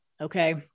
Okay